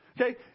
okay